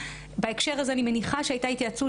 בהקשר הזה אני מניחה שהייתה התייעצות